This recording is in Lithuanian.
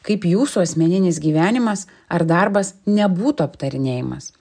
kaip jūsų asmeninis gyvenimas ar darbas nebūtų aptarinėjamas